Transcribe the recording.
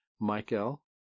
Michael